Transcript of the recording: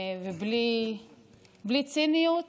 בלי ציניות